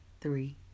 three